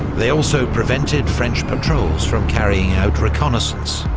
they also prevented french patrols from carrying out reconnaissance,